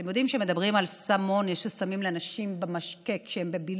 אתם יודעים שמדברים על סם אונס ששמים לנשים במשקה כשהן בבילוי,